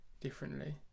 differently